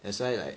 that's why like